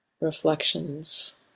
reflections